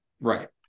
right